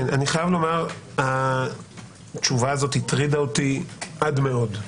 אני חייב לומר שהתשובה הזאת הטרידה אותי עד מאוד.